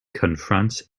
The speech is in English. confronts